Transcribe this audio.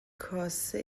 کاسه